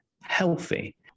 healthy